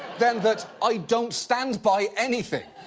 then that, i don't stand by anything.